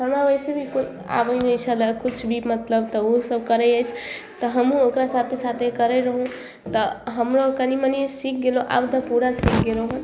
हमरा वैसे भी कोइ आबै नहि छलै किछु भी मतलब तऽ ओहो सभ करै अछि तऽ हमहुँ ओकरा साथे साथे करै रहौ तऽ हमहुँ कनि मनि सीख गेलहुॅं आब तऽ पूरा सीख गेलहुॅं